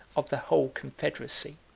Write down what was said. of the whole confederacy.